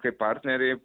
kaip partneriai